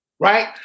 Right